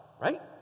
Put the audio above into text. right